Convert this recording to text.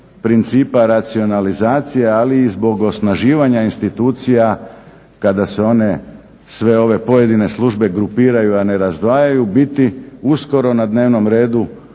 principa racionalizacije, ali i zbog osnaživanja institucija kada se one sve ove pojedine službe grupiraju a ne razdvajaju biti uskoro na dnevnom redu